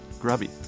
Grubby